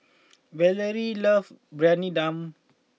Valerie loves Briyani Dum